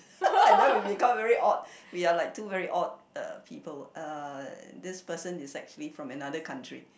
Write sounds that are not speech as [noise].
[laughs] and then we become very odd we are like two very odd uh people uh this person is actually from another country